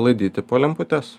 laidyti po lemputes